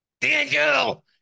Daniel